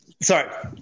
Sorry